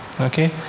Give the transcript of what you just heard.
Okay